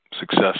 success